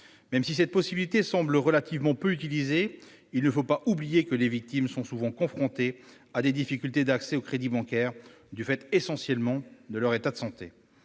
Même si cette possibilité semble relativement peu utilisée, il ne faut pas oublier que les victimes sont souvent confrontées à des difficultés d'accès au crédit bancaire du fait essentiellement de leur état de santé.